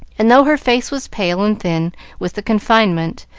and though her face was pale and thin with the confinement,